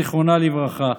זיכרונה לברכה.